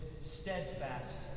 steadfast